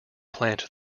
plant